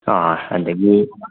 ꯑꯥ ꯑꯗꯨꯗꯒꯤ